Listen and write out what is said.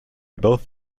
both